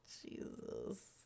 Jesus